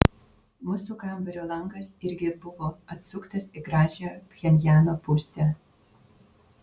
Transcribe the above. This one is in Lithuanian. mūsų kambario langas irgi buvo atsuktas į gražiąją pchenjano pusę